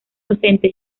docente